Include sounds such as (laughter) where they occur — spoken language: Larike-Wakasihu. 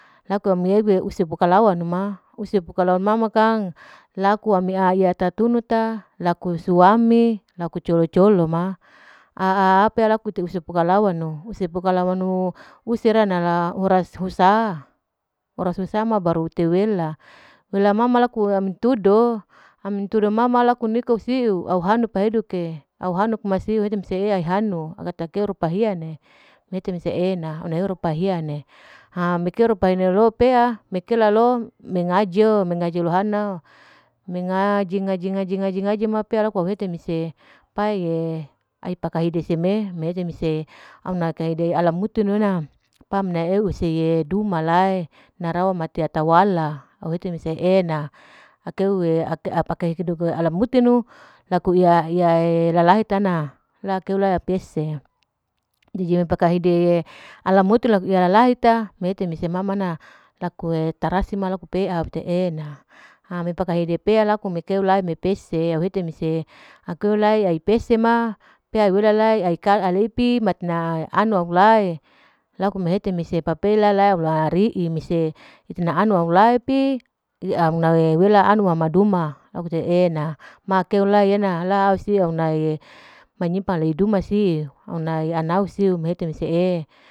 Laku ami eewe musu pukalaunu ma, use pukalaunuma ma, kang laku ame ai iya tatunu ta laku suami, laku colo-colo ma, a'a pea laku tehus sepukalawanu, sepukalawanu husra nala horas husa, horas husa ma wela, wela ma ma laku amintudo, amintudo ma ma laku uniku siu, au hanu peiduke, au hanu meksiu au hete mese ei hei mei hanu, akei rupa hiane ha mete hese mete heena aune rupa hiane, ha mekeo rupa'e enelo pea mekealo, mengaji'o, mengaji lohana, mengaji, ngaji ngaji ngaji ngaji, ma pea laku au hete mese, pai'e aipakahide seme, mehete mese auna kaide alamudu nana, pa mina ewu se duma lae, narawa ta ata mata wala au hete mese e'ena, akeu (hesitation) (unintelligible) ala mudinu la iya lalahe tana, la keu la pese'e, dije paka hide ala mudu iya lalalhe ta, mehete mese ma ma na, laku tarasi laku pea wale lelai, pipip matina auna lae, laku mehete pape lae lari'i mese ite na auna me lai pi, amuna wela amana duma laku te'ena ma keu la ena la au siu auna (hesitation) manyimpang alei duma siu, auna ana siu, mehete mese'e